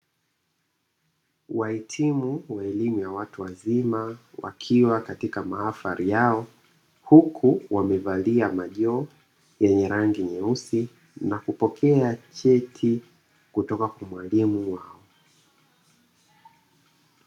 Wahitimu wa elimu ya watu wazima wakiwa katika mahafari yao huku wamevalia majoho yenye rangi nyeusi na kupokea cheti kutoka kwa mwalimu wao.